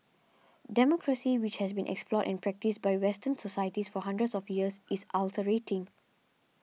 democracy which has been explored and practised by western societies for hundreds of years is ulcerating